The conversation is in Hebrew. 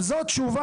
אבל זו תשובה.